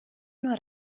nur